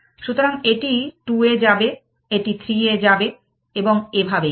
সুতরাং এটি 2 এ যাবে এটি 3 এ যাবে এবং এইভাবেই